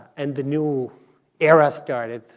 and the new era started,